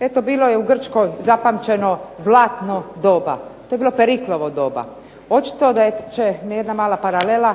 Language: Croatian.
Eto bilo je u Grčkoj zapamćeno zlatno doba. To je bilo Periklovo doba. Očito da će jedna mala paralela